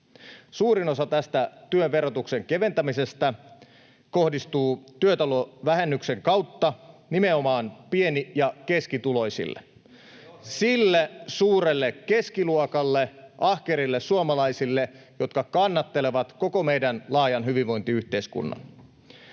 Suurin osa tästä työn verotuksen keventämisestä kohdistuu työtulovähennyksen kautta nimenomaan pieni- ja keskituloisille [Timo Heinonen: Se on reilua!] — sille suurelle keskiluokalle, ahkerille suomalaisille, jotka kannattelevat koko meidän laajaa hyvinvointiyhteiskuntaa